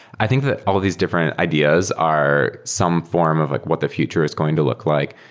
i think that all of these different ideas are some form of like what the future is going to look like,